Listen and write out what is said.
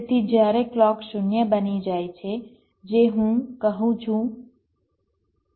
તેથી જ્યારે ક્લૉક 0 બની જાય છે જે હું કહું છું તે છે